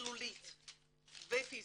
מילולית ופיזית.